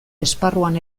esparruan